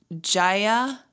Jaya